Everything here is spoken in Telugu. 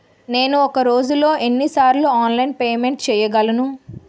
నేను ఒక రోజులో ఎన్ని సార్లు ఆన్లైన్ పేమెంట్ చేయగలను?